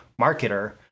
marketer